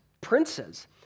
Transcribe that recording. princes